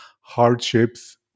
hardships